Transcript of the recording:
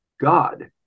god